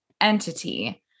entity